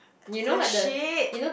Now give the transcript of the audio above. the shit